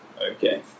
Okay